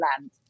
land